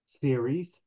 series